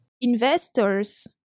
investors